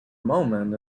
moment